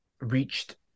reached